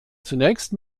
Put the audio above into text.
zunächst